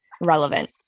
relevant